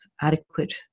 adequate